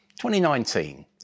2019